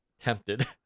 tempted